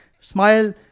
smile